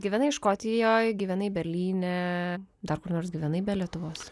gyvenai škotijoj gyvenai berlyne dar kur nors gyvenai be lietuvos